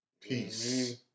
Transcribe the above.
Peace